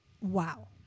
Wow